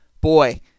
boy